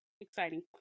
exciting